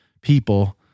people